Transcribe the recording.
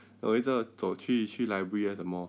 我一直要走去去 library at the mall